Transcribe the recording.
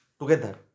together